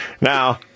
Now